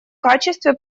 качестве